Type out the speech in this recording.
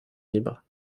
libres